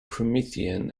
promethean